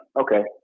Okay